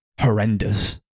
horrendous